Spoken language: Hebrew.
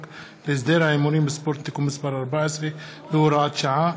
להסדר ההימורים בספורט (תיקון מס' 14 והוראת שעה),